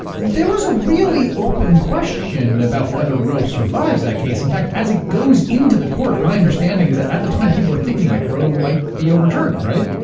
there was a really open question about whether roe survives that case. in fact, as it goes into the court, my understanding is that at the time, people were thinking like roe might be overturned, right?